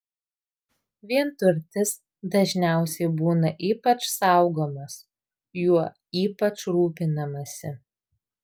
vienturtis dažniausiai būna ypač saugomas juo ypač rūpinamasi